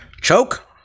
Choke